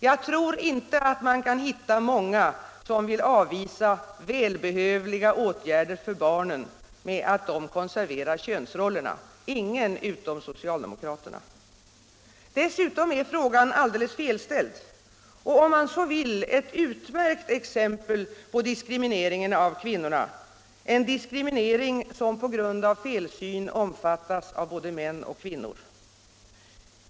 Jag tror inte att man kan hitta många som vill avvisa välbehövliga åtgärder för barnen med att ”de konserverar könsrollerna” — ingen utom socialdemokraterna. Dessutom är frågan alldeles felställd — och om man så vill ett utmärkt exempel på diskrimineringen av kvinnorna, en diskriminering som på grund av felsyn omfattas av både män och kvinnor.